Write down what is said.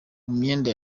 myenda